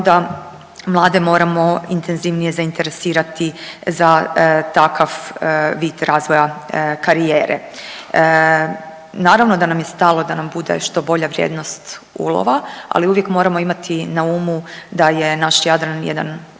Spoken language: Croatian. onda mlade moramo intenzivnije zainteresirati za takav vid razvoja karijere. Naravno da nam je stalo da bude što bolja vrijednost ulova, ali uvijek moramo imati na umu da je naš Jadran jedan